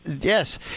Yes